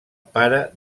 pare